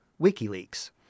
WikiLeaks